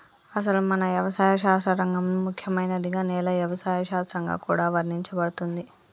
అసలు మన యవసాయ శాస్త్ర రంగంలో ముఖ్యమైనదిగా నేల యవసాయ శాస్త్రంగా కూడా వర్ణించబడుతుంది